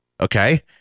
okay